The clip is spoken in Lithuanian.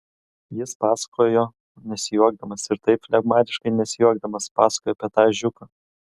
jis pasakojo nesijuokdamas ir taip flegmatiškai nesijuokdamas pasakojo apie tą ežiuką